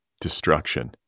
destruction